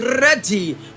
ready